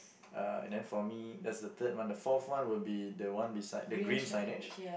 uh and then for me that's the third one the fourth one will be the one beside the green signage